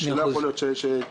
לא יכול להיות שצ'יינג'ר,